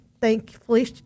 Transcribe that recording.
thankfully